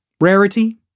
Rarity